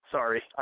Sorry